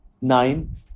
nine